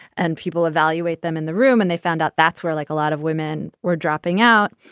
and people evaluate them in the room. and they found out that's where like a lot of women were dropping out.